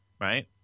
right